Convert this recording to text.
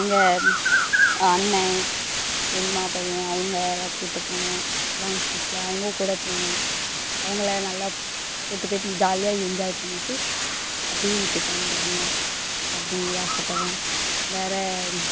அங்கே அண்ணன் பெரியம்மா பையன் அவங்க எல்லாம் கூப்பிட்டு போகணும் லாங் ட்ரிப்ல அவங்கக்கூட போகணும் அவங்கள நல்லா கூப்பிட்டு போய்ட்டு ஜாலியாக என்ஜாய் பண்ணிட்டு அப்படி வீட்டுக்கு வந்துடணும் அப்படி ஆசைப்பட்றேன் வேற